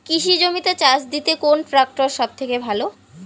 কৃষি জমিতে চাষ দিতে কোন ট্রাক্টর সবথেকে ভালো?